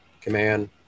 command